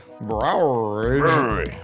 Brewery